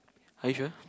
are you sure